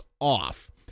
off